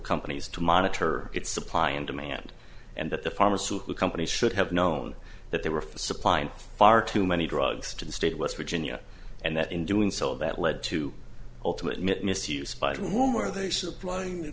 companies to monitor its supply and demand and that the pharmaceutical companies should have known that they were for supply and far too many drugs to the state of west virginia and that in doing so that led to ultimate misuse by whom are they supplying the